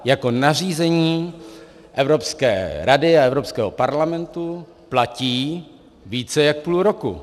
GDPR jako nařízení Evropské rady a Evropského parlamentu platí více jak půl roku.